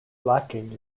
lacking